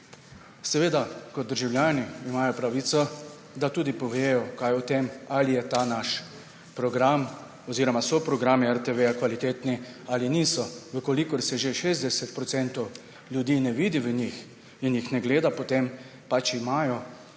imajo kot državljani seveda pravico, da tudi povedo, kaj o tem, ali je ta naš program oziroma ali so programi RTV kvalitetni ali niso. Če se že 60 % ljudi ne vidi v njih in jih ne gleda, potem pač imajo